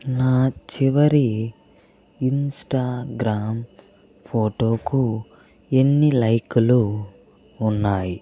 నా చివరి ఇన్స్టాగ్రామ్ ఫోటోకు ఎన్ని లైక్లు ఉన్నాయి